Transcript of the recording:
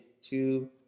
two